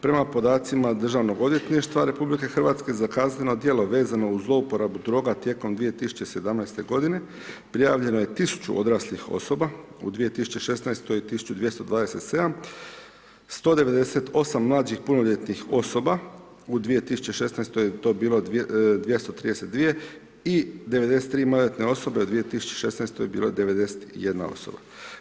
Prema podacima Državnog odvjetništva RH za kazneno djelo vezano uz zlouporabu droga tijekom 2017. godine prijavljeno je 1000 odraslih osoba, u 2016. 1227., 198 mlađih punoljetnih osoba u 2016. je to bilo 232 i 93 maloljetne osobe, u 2016. bilo je 91 osoba.